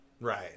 Right